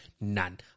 None